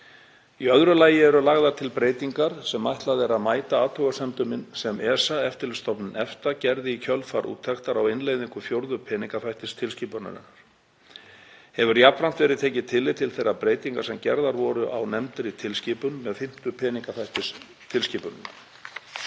Í öðru lagi eru lagðar til breytingar sem ætlað er að mæta athugasemdum sem ESA, eftirlitsstofnun EFTA, gerði í kjölfar úttektar á innleiðingu fjórðu peningaþvættistilskipunarinnar. Hefur jafnframt verið tekið tillit til þeirra breytinga sem gerðar voru á nefndri tilskipun með fimmtu peningaþvættistilskipuninni.